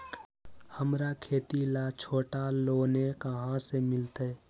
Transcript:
हमरा खेती ला छोटा लोने कहाँ से मिलतै?